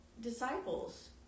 disciples